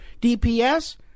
DPS